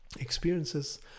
experiences